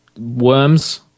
worms